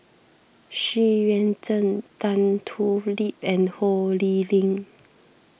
Xu Yuan Zhen Tan Thoon Lip and Ho Lee Ling